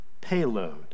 payload